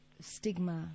stigma